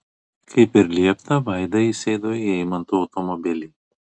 kaip ir liepta vaida įsėdo į eimanto automobilį